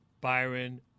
Byron